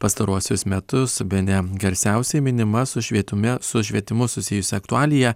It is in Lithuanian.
pastaruosius metus bene garsiausiai minima su švietime su švietimu susijusi aktualija